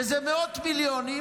שזה מאות מיליונים,